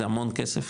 זה המון כסף,